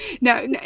no